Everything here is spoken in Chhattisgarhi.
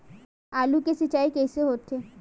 आलू के सिंचाई कइसे होथे?